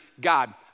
God